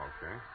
Okay